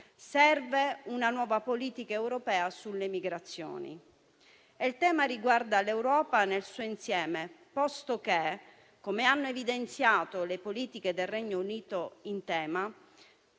Serve una nuova politica europea sulle migrazioni e il tema riguarda l'Europa nel suo insieme, posto che, come hanno evidenziato le politiche del Regno Unito in tema,